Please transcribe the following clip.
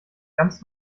ganz